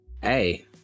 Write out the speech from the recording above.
Hey